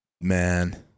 man